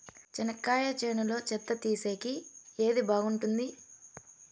చెనక్కాయ చేనులో చెత్త తీసేకి ఏది బాగుంటుంది?